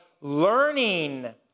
learning